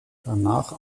danach